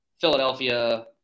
Philadelphia